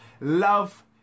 love